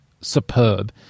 superb